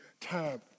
time